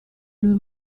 lui